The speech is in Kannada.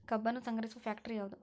ಕಬ್ಬನ್ನು ಸಂಗ್ರಹಿಸುವ ಫ್ಯಾಕ್ಟರಿ ಯಾವದು?